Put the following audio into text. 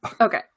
Okay